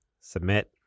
submit